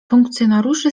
funkcjonariuszy